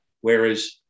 Whereas